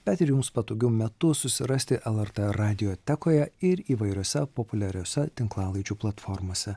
bet ir jums patogiu metu susirasti lrt radiotekoje ir įvairiose populiariose tinklalaidžių platformose